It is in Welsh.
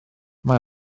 mae